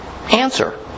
Answer